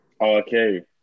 Okay